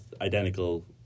identical